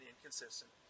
inconsistent